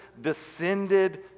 descended